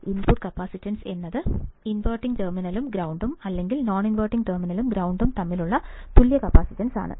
input capacitance എന്നത് inverting ടെർമിനലും ഗ്രൌണ്ടും അല്ലെങ്കിൽ നോൺഇൻവെർട്ടിംഗ് ടെർമിനലും ഗ്രൌണ്ടും തമ്മിലുള്ള തുല്യ കപ്പാസിറ്റൻസ് ആണ്